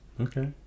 Okay